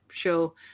show